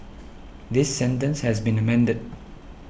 this sentence has been amended